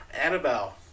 Annabelle